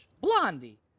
Blondie